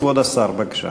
כבוד השר, בבקשה.